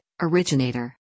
originator